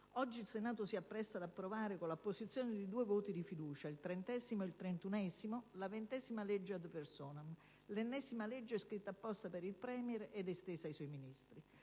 Oggi il Senato si appresta ad approvare con l'apposizione di due voti di fiducia - il trentesimo e il trentunesimo - la ventesima legge *ad personam*, l'ennesima legge scritta apposta per il *Premier* ed estesa ai suoi Ministri.